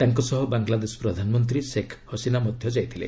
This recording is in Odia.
ତାଙ୍କ ସହ ବାଙ୍ଗଲାଦେଶ ପ୍ରଧାନମନ୍ତ୍ରୀ ଶେଖ୍ ହସିନା ମଧ୍ୟ ଯାଇଥିଲେ